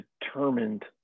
determined